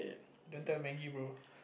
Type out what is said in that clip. don't tell maggie bro